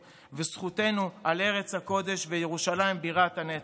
וזכותנו על ארץ הקודש וירושלים בירת הנצח.